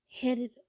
headed